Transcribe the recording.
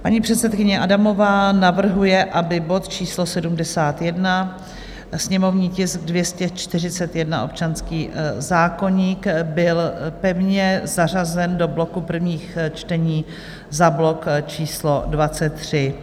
Paní předsedkyně Adamová navrhuje, aby bod číslo 71, sněmovní tisk 241, občanský zákoník, byl pevně zařazen do bloku prvních čtení za blok číslo 23.